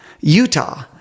Utah